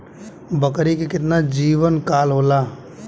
बकरी के केतना जीवन काल होला?